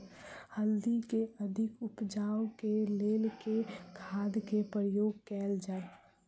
हल्दी केँ अधिक उपज केँ लेल केँ खाद केँ प्रयोग कैल जाय?